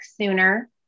sooner